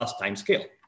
Timescale